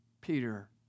Peter